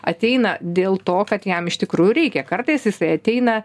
ateina dėl to kad jam iš tikrųjų reikia kartais jisai ateina